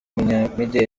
umunyamideli